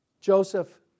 Joseph